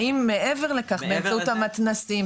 האם מעבר לכך באמצעות המתנ"סים,